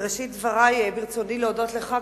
בראשית דברי ברצוני להודות לך,